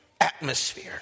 atmosphere